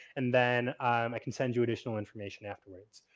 and then i can send you additional information afterwards.